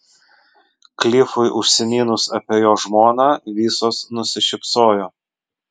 klifui užsiminus apie jo žmoną visos nusišypsojo